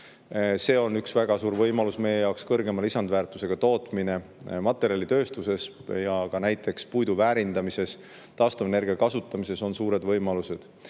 See on üks väga suur võimalus meie jaoks. Kõrgema lisandväärtusega tootmises materjalitööstuses ja ka näiteks puidu väärindamises, taastuvenergia kasutamises on suured võimalused. Ja